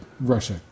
Russia